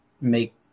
make